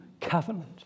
covenant